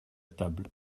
table